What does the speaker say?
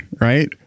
Right